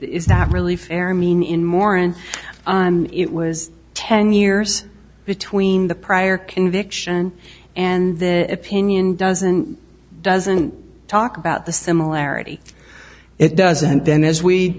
is that really fair mean in murrin on it was ten years between the prior conviction and that opinion doesn't doesn't talk about the similarity it does and then as